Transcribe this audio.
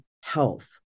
health